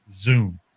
Zoom